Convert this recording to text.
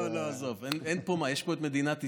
לא, עזוב, יש פה מדינת ישראל,